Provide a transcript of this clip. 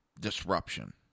disruption